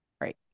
Right